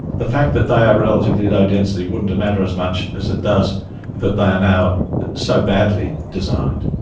the fact that they are relatively low density wouldn't matter as much as it does that they are now so badly designed.